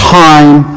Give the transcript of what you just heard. time